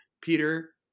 Peter